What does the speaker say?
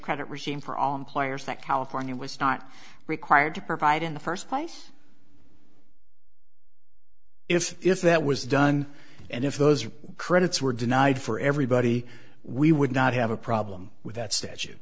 credit regime for all employers that california was not required to provide in the first place if if that was done and if those credits were denied for everybody we would not have a problem with that statu